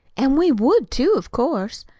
an' we would, too, of course.